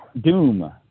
Doom